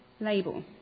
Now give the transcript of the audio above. label